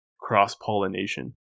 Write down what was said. cross-pollination